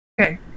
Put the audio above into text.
Okay